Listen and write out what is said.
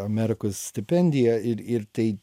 amerikos stipendiją ir ir tai